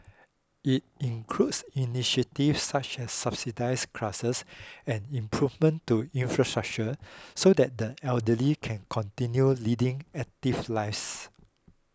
it includes such as subsidised classes and improvements to infrastructure so that the elderly can continue leading active lives